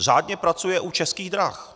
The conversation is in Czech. Řádně pracuje u Českých drah.